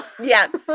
Yes